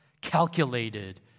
calculated